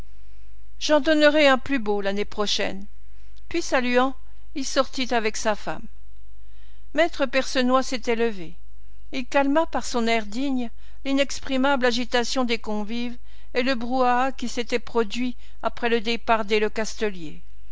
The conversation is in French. j'en donnerai un plus beau l'année prochaine puis saluant il sortit avec sa femme me percenoix s'était levé il calma par son air digne l'inexprimable agitation des convives et le brouhaha qui s'était produit après le départ des lecastelier